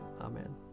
Amen